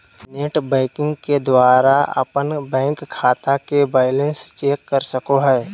net banking के द्वारा अपन बैंक खाता के बैलेंस चेक कर सको हो